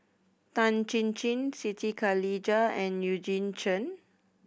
Tan Chin Chin Siti Khalijah and Eugene Chen